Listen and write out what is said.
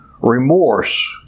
Remorse